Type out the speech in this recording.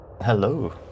Hello